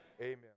Amen